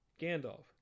Gandalf